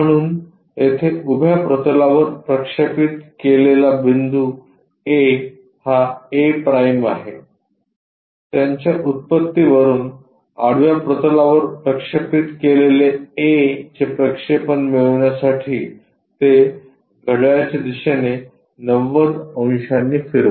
म्हणून येथे उभ्या प्रतलावर प्रक्षेपित केलेला बिंदू A हा a' आहे त्यांच्या उत्पत्तीवरून आडव्या प्रतलावर प्रक्षेपित केलेले a चे प्रक्षेपण मिळविण्यासाठी ते घड्याळाच्या दिशेने 90 ० अंशांनी फिरवा